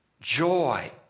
joy